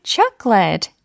Chocolate